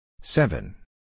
Seven